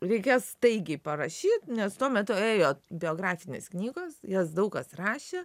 reikės staigiai parašyt nes tuo metu ėjo biografinės knygos jas daug kas rašė